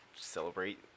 celebrate